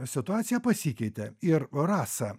situacija pasikeitė ir rasa